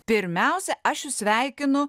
pirmiausia aš jus sveikinu